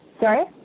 Sorry